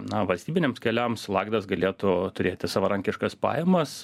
na valstybiniams keliams lagdas galėtų turėti savarankiškas pajamas